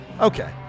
Okay